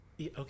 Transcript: okay